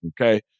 Okay